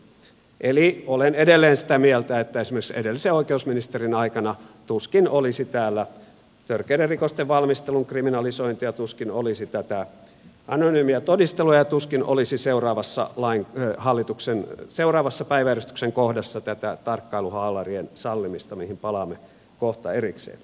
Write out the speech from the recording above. eli olen edelleen sitä mieltä että esimerkiksi edellisen oikeusministerin aikana tuskin olisi täällä törkeiden rikosten valmistelun kriminalisointia tuskin olisi tätä anonyymiä todistelua ja tuskin olisi seuraavassa päiväjärjestyksen kohdassa tätä tarkkailuhaalarien sallimista mihin palaamme kohta erikseen